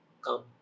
come